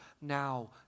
now